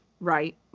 right